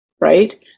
right